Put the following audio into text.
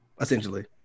essentially